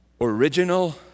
Original